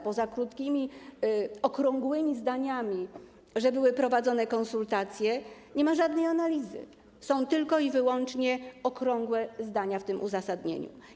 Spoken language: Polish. Poza krótkimi, okrągłymi zdaniami, że były prowadzone konsultacje, nie ma żadnej analizy, są tylko i wyłącznie okrągłe zdania w tym uzasadnieniu.